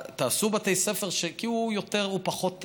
תעשו בתי ספר, כי הוא פחות,